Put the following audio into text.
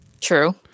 True